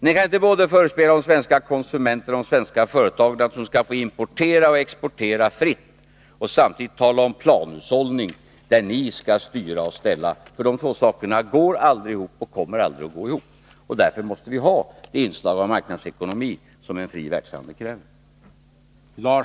Ni kan inte både förespegla de svenska konsumenterna och de svenska företagen att de skall få importera och exportera fritt och samtidigt tala om planhushållning, där ni skall styra och ställa. De två sakerna går aldrig ihop och kommer aldrig att göra det. Därför måste vi ha inslag av marknadsekonomi, som en fri verksamhet kräver.